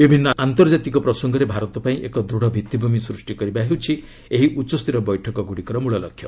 ବିଭିନ୍ନ ଆନ୍ତର୍ଜାତିକ ପ୍ରସଙ୍ଗରେ ଭାରତ ପାଇଁ ଏକ ଦୃଢ଼ ଭିତ୍ତିଭୂମି ସ୍ପଷ୍ଟି କରିବା ହେଉଛି ଏହି ଉଚ୍ଚସ୍ତରୀୟ ବୈଠକଗୁଡ଼ିକର ମୂଳ ଲକ୍ଷ୍ୟ